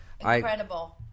incredible